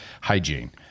hygiene